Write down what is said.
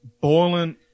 boiling